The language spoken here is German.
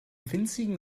winzigen